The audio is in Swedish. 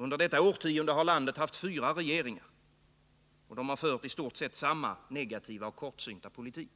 Under detta årtionde har landet haft fyra regeringar. De har fört i stort sett samma negativa och kortsynta politik.